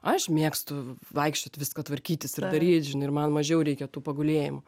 aš mėgstu vaikščiot viską tvarkytis ir daryt žinai ir man mažiau reikia tų pagulėjimų